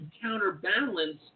counterbalance